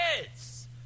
kids